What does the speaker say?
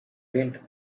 wind